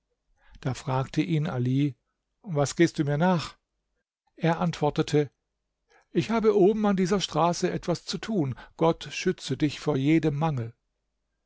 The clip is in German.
da fragte ihn ali was gehst du mir nach er antwortete ich habe oben an dieser straße etwas zu tun gott schütze dich vor jedem mangel